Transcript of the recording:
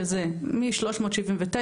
שזה מ- 379,